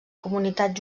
comunitat